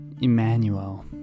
Emmanuel